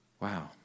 Wow